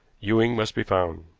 ewing must be found.